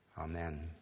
Amen